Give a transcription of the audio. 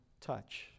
touch